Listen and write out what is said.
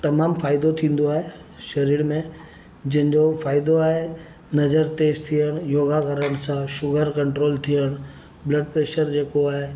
तमामु फ़ाइदो थींदो आहे शरीर में जंहिंजो फ़ाइदो आहे नज़रु तेज़ु थियण योगा करण सां शुगर कंट्रोल थियणु ब्लड प्रेशर जेको आहे